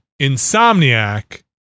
Insomniac